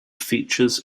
features